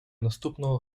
наступного